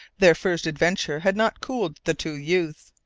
their first adventure had not cooled the two youths,